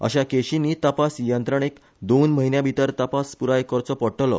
अश्या केशीनी तपाय यंत्रणेक दोन म्हयन्या भितर तपास प्राय करचो पडटलो